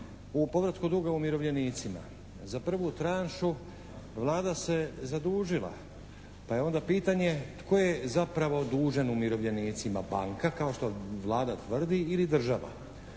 u povratku duga umirovljenicima. Za prvu tranšu Vlada se zadužila pa je onda pitanje tko je zapravo dužan umirovljenicima? Banka kao što Vlada tvrdi ili država?